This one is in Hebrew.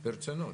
ברצינות?